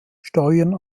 steuern